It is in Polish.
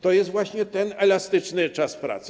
To jest właśnie ten elastyczny czas pracy.